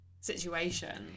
situation